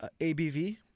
ABV